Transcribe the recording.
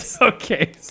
Okay